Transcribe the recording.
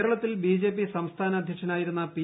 കേരളത്തിൽ B J P സംസ്ഥാന അധ്യക്ഷനായിരുന്ന പ്പ്പി